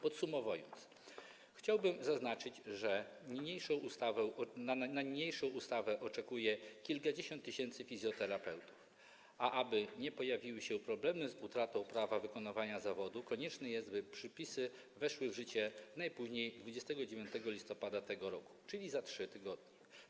Podsumowując, chciałbym zaznaczyć, że na niniejszą ustawę oczekuje kilkadziesiąt tysięcy fizjoterapeutów, a aby nie pojawiły się problemy związane z utratą prawa wykonywania zawodu, konieczne jest, by przepisy weszły w życie najpóźniej 29 listopada tego roku, czyli za 3 tygodnie.